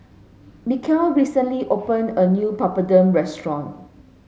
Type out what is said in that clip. Michial recently opened a new Papadum restaurant